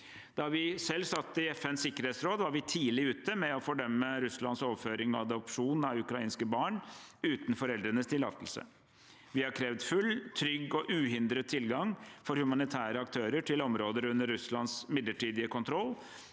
Da vi selv satt i FNs sikkerhetsråd, var vi tidlig ute med å fordømme Russlands overføring og adopsjon av ukrainske barn uten foreldrenes tillatelse. Vi har krevd full, trygg og uhindret tilgang for humanitære aktører til områder under Russlands midlertidige kontroll